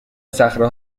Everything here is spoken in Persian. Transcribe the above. صخره